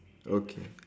okay